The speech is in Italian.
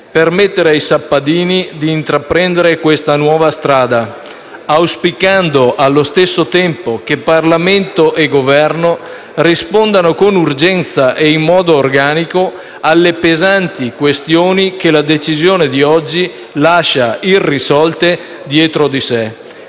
permettere ai sappadini di intraprendere questa nuova strada, auspicando allo stesso tempo che Parlamento e Governo rispondano con urgenza ed in modo organico alle pesanti questioni che la decisione di oggi lascia irrisolte dietro di sé.